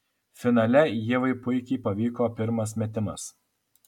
finale ievai puikiai pavyko pirmas metimas